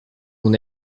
mon